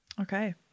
Okay